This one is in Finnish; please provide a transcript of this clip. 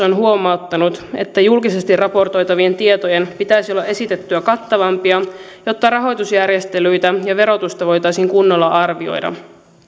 on huomauttanut että julkisesti raportoitavien tietojen pitäisi olla esitettyä kattavampia jotta rahoitusjärjestelyitä ja verotusta voitaisiin kunnolla arvioida